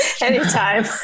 Anytime